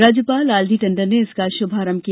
राज्यपाल लालजी टंडन ने इसका शुभारंभ किया